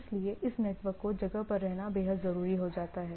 इसलिए इस नेटवर्क को जगह पर रहना बेहद जरूरी हो जाता है